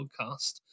podcast